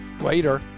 Later